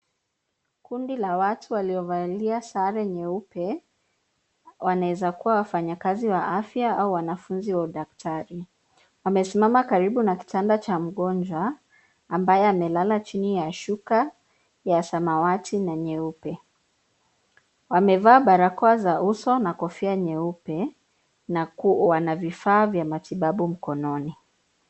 Kundi la watu waliovalia sare nyeupe, wanaeza kuwa wafanyikazi wa afya au wanafunzi wa udaktari. Wamesimama karibu na kitanda cha mgonjwa ambaye amelala chini ya shuka ya samawati na nyeupe. Wamevaa barakoa za uso na kofia nyeupe, na wana vifaa vya matibabu mkononi.